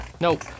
Nope